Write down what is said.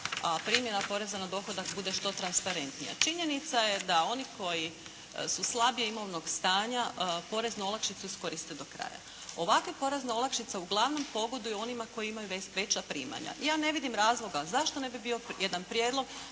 primjena poreza na dohodak bude što transparentnija. Činjenica je da oni koji su slabijeg imovnog stanja poreznu olakšicu iskoriste do kraja. Ovakve porezne olakšice uglavnom pogoduju onima koji imaju veća primanja. Ja ne vidim razloga zašto ne bio jedan prijedlog,